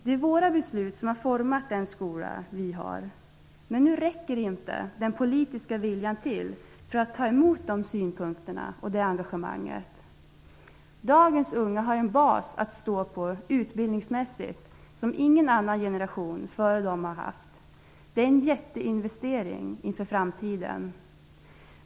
Det är våra beslut som har format den skola vi har, men nu räcker inte den politiska viljan till för att ta emot de synpunkterna och det engagemanget. Dagens unga har utbildningsmässigt en bas att stå på som ingen annan generation före dem har haft. Det är en jätteinvestering inför framtiden.